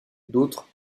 d’autres